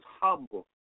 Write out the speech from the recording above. humble